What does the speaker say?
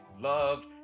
love